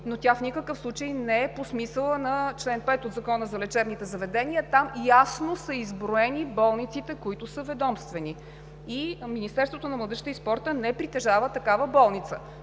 но тя в никакъв случай не е по смисъла на чл. 5 от Закона за лечебните заведения. Там ясно са изброени болниците, които са ведомствени, и Министерството на